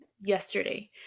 yesterday